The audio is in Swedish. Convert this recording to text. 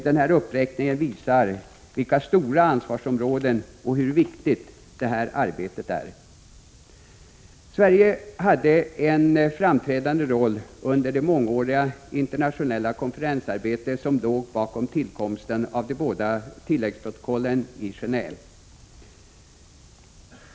Denna uppräkning visar vilka stora ansvarsområden det gäller och hur viktigt detta arbete är. Sverige hade en framträdande roll under det mångåriga internationella konferensarbete som låg bakom tillkomsten av de båda tilläggsprotokollen i Geneve.